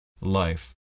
life